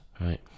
right